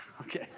Okay